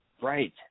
Right